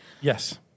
Yes